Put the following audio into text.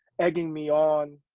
egging me on,